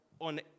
on